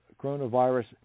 coronavirus